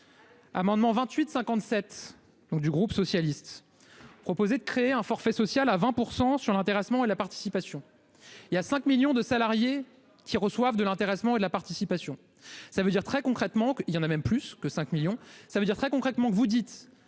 Amendement 28 57 donc du groupe socialiste proposé de créer un forfait social à 20% sur l'intéressement et la participation. Il y a 5 millions de salariés qui reçoivent de l'intéressement et la participation. Ça veut dire très concrètement qu'il y en a même plus que 5 millions, ça veut dire très concrètement vous dites